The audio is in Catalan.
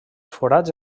forats